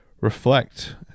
reflect